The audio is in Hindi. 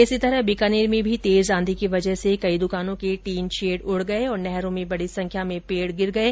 इसी तरह बीकानेर में भी तेज आंधी की वजह से कई दुकानों के टीन शेड उड गये और नहरों में बडी संख्या में पेड गिर गये